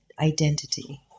identity